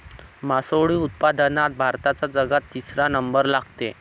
मासोळी उत्पादनात भारताचा जगात तिसरा नंबर लागते